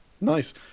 Nice